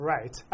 Right